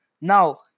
Now